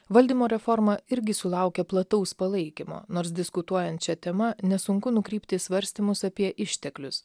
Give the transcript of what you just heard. valdymo reforma irgi sulaukė plataus palaikymo nors diskutuojant šia tema nesunku nukrypti į svarstymus apie išteklius